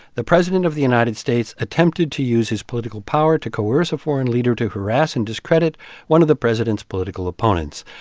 the president of the united states attempted to use his political power to coerce a foreign leader to harass and discredit one of the president's political opponents.